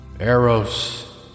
Eros